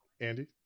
Andy